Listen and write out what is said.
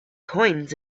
coins